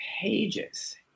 pages